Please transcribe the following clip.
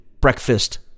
breakfast